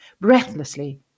breathlessly